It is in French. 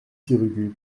sirugue